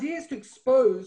וכן, גם תממנו אותנו,